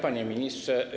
Panie Ministrze!